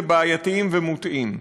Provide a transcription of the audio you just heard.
בעייתיים ומוטעים.